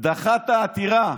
דחה את העתירה.